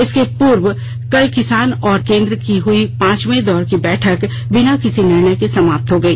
इसके पूर्व कल किसान और केन्द्र की हई पांचवें दौर की बैठक बिना किसी निर्णय के समाप्त हो गई